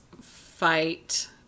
fight